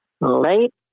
Late